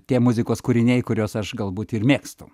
tie muzikos kūriniai kuriuos aš galbūt ir mėgstu